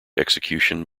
execution